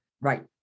right